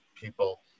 people